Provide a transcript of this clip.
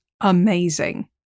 amazing